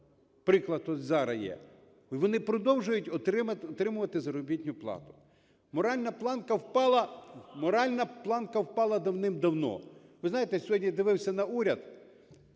приклад тут зараз є, вони продовжують отримувати заробітну плату. Моральна планка впала давним-давно. Ви знаєте, я сьогодні дивився на уряд,